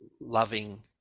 loving